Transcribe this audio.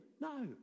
No